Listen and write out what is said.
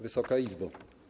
Wysoka Izbo!